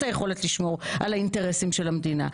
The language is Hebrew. היכולת לשמור על האינטרסים של המדינה.